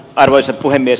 arvoisa puhemies